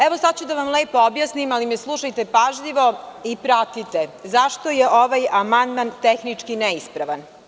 Evo sada ću lepo da vam objasnim, ali me slušajte pažljivo i pratite, zašto je ovaj amandman tehnički neispravan.